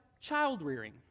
child-rearing